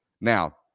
Now